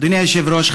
אדוני היושב-ראש,